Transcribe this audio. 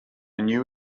new